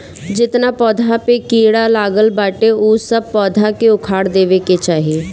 जेतना पौधा पे कीड़ा लागल बाटे उ सब पौधा के उखाड़ देवे के चाही